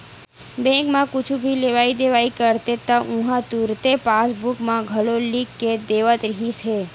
bank म कुछु भी लेवइ देवइ करते त उहां तुरते पासबूक म घलो लिख के देवत रिहिस हे